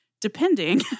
depending